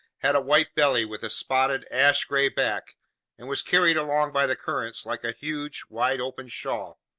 had a white belly with a spotted, ash-gray back and was carried along by the currents like a huge, wide-open shawl.